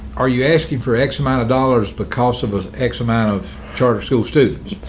are you asking for x amount of dollars because of of x amount of charter school students?